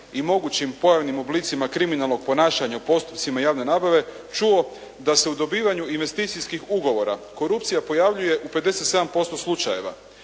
i mogućim pojavnim oblicima kriminalnog ponašanja postupcima javne nabave, čuo da se u dobivanju investricijskih ugovora korupcija pojavljuje u 57% slučajeva.